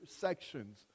sections